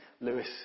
Lewis